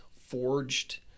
forged